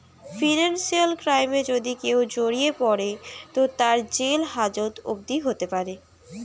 financial ক্রাইমে যদি কেও জড়িয়ে পড়ে তো তার জেল হাজত অবদি হোতে পারে